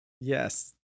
Yes